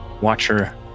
Watcher